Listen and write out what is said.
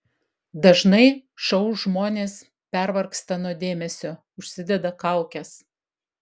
dažnai šou žmonės pervargsta nuo dėmesio užsideda kaukes